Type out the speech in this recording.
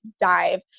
dive